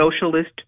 socialist